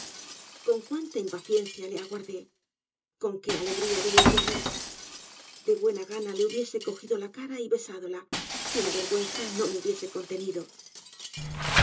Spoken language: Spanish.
con cuánta impaciencia le aguardé conque alegría le volví á ver de buena gana le hubiera cogido la cara y besádola si la vergüenza no me hubiese contenido